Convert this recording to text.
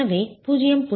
எனவே 0